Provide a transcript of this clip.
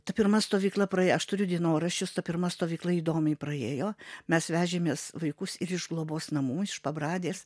ta pirma stovykla praėjo aš turiu dienoraščius ta pirma stovykla įdomiai praėjo mes vežėmės vaikus ir iš globos namų iš pabradės